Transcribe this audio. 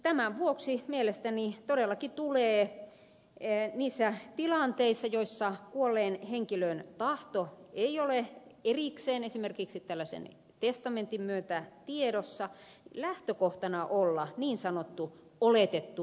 tämän vuoksi mielestäni todellakin tulee niissä tilanteissa joissa kuolleen henkilön tahto ei ole erikseen esimerkiksi tällaisen testamentin myötä tiedossa lähtökohtana olla niin sanottu oletettu suostumus